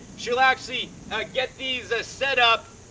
she'll actually get these ah set up,